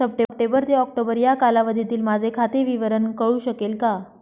September ते October या कालावधीतील माझे खाते विवरण कळू शकेल का?